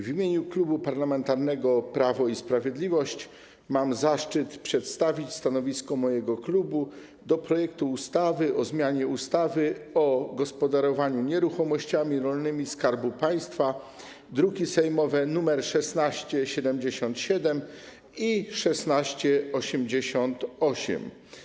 W imieniu Klubu Parlamentarnego Prawo i Sprawiedliwość mam zaszczyt przedstawić stanowisko w sprawie projektu ustawy o zmianie ustawy o gospodarowaniu nieruchomościami rolnymi Skarbu Państwa, druki sejmowe nr 1677 i 1688.